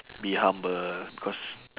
be humble because